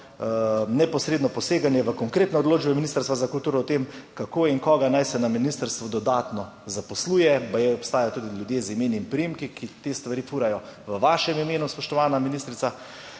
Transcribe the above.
Neposredno poseganje v konkretne odločbe ministrstva za kulturo o tem, kako in koga naj se na ministrstvu dodatno zaposluje baje obstajajo tudi ljudje z imeni in priimki, ki te stvari turajo v vašem imenu, spoštovana ministrica.